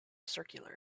circular